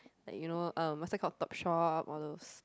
like you know um what's that called Topshop all those